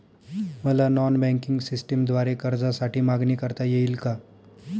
मला non banking सिस्टमद्वारे कर्जासाठी मागणी करता येईल का?